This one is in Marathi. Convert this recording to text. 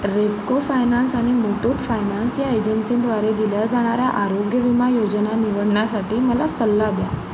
रेपको फायनान्स आणि मूथूट फायनान्स या एजन्सींद्वारे दिल्या जाणाऱ्या आरोग्य विमा योजना निवडण्यासाठी मला सल्ला द्या